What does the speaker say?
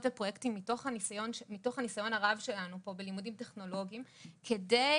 ופרויקטים מתוך הניסיון הרב שלנו פה בלימודים טכנולוגיים כדי